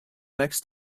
next